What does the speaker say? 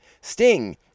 Sting